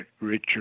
Richard